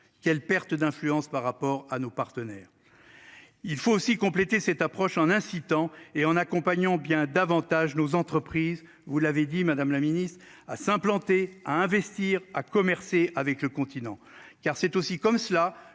Quelle perte d'influence par rapport à nos partenaires. Il faut aussi compléter cette approche en incitant et en accompagnant bien davantage nos entreprises. Vous l'avez dit Madame la Ministre à s'implanter à investir à commercer avec le continent car c'est aussi comme cela